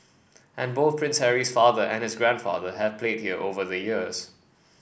and both Prince Harry's father and his grandfather have played here over the years